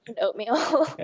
oatmeal